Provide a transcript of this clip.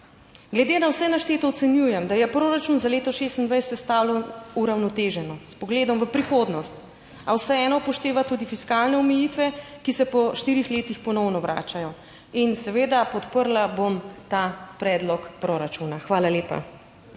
Glede na vse našteto ocenjujem, da je proračun za leto 2026 sestavljen uravnoteženo, s pogledom v prihodnost, a vseeno upošteva tudi fiskalne omejitve, ki se po štirih letih ponovno vračajo in seveda podprla bom ta predlog proračuna. Hvala lepa.